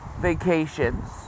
vacations